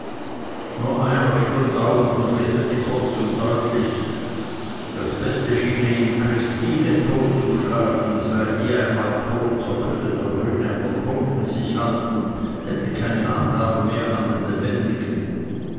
nur einer stund auf und redete kurz und deutlich das beste schiene ihm christine totzuschlagen sei einmal die tot so könnte der grüne an der toten sich halten hätte keine handhabe mehr an den lebendigen